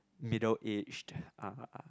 middle aged ah